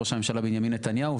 ראש הממשלה בנימין נתניהו,